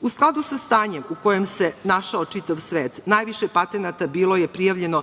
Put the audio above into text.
U skladu sa stanjem u kojem se našao čitav svet, najviše patenata bilo je prijavljeno